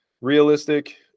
realistic